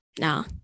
No